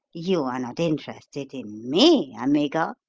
you are not interested in me, amigo?